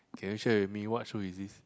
can you share with me what show is this